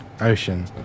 Ocean